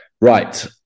Right